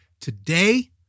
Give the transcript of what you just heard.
today